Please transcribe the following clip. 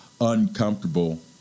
uncomfortable